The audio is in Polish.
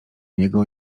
niego